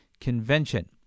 convention